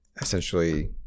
essentially